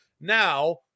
Now